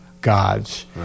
God's